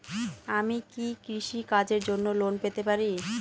আমি কি কৃষি কাজের জন্য লোন পেতে পারি?